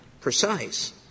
precise